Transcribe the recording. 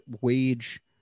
wage